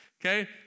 Okay